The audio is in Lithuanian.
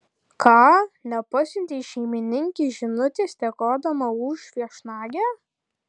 ką nepasiuntei šeimininkei žinutės dėkodama už viešnagę